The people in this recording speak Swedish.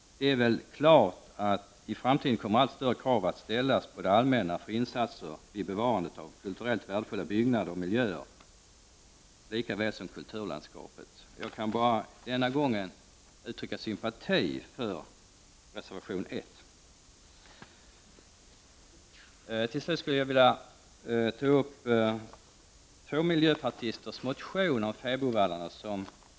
Det är klart att det i framtiden kommer att ställas allt större krav på det allmänna när det gäller insatser vid bevarandet av kulturellt värdefulla byggnader och miljöer lika väl som kulturlandskapet. Jag kan denna gång bara uttrycka sympati för reservation 1. Till sist skulle jag vilja ta upp en motion från två miljöpartister om fäbodvallarna.